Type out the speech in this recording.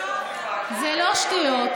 שטויות, זה לא שטויות.